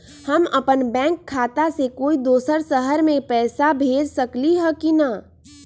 हम अपन बैंक खाता से कोई दोसर शहर में पैसा भेज सकली ह की न?